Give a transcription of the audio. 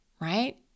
right